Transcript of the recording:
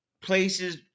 places